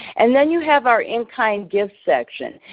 and then you have our in-kind gifts section.